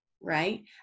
right